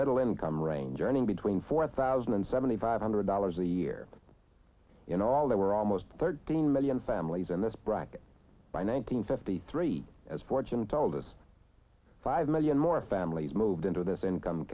middle income range earning between four thousand and seventy five hundred dollars a year in all there were almost thirteen million families in this bracket by nine hundred fifty three as fortune told us five million more families moved into this income